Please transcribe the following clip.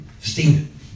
Stephen